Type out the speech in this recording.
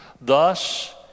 Thus